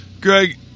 Greg